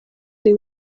they